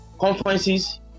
conferences